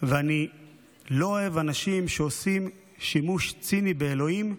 ואני לא אוהב אנשים שעושים שימוש ציני באלוהים,